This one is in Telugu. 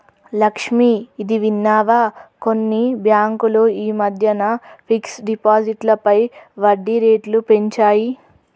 లక్ష్మి, ఇది విన్నావా కొన్ని బ్యాంకులు ఈ మధ్యన ఫిక్స్డ్ డిపాజిట్లపై వడ్డీ రేట్లు పెంచాయి